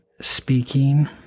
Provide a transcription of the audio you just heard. speaking